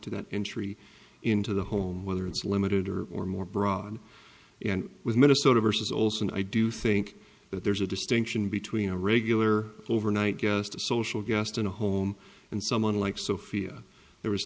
to that entry into the home whether it's limited or or more broad and with minnesota versus olson i do think that there's a distinction between a regular overnight guest social guest and a home and someone like sophia there was